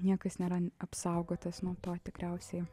niekas nėra apsaugotas nuo to tikriausiai